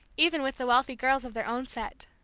even with the wealthy girls of their own set.